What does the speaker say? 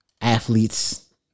athletes